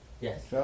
Yes